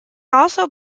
also